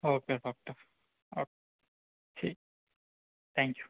okay doctor ഓ ശരി thank you